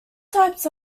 types